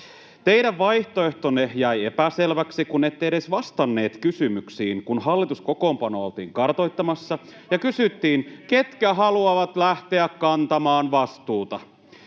Teidän vaihtoehtonne jäi epäselväksi, kun ette edes vastanneet kysymyksiin, kun hallituskokoonpanoa oltiin kartoittamassa [Mikko Savolan välihuuto] ja kysyttiin, ketkä haluavat lähteä kantamaan vastuuta.